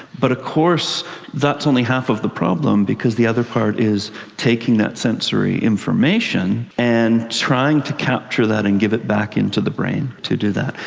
but of course that's only half of the problem, because the other part is taking that sensory information and trying to capture that and give it back into the brain to do that.